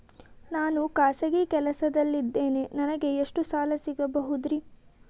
ನಾನು ಖಾಸಗಿ ಕೆಲಸದಲ್ಲಿದ್ದೇನೆ ನನಗೆ ಎಷ್ಟು ಸಾಲ ಸಿಗಬಹುದ್ರಿ?